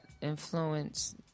influence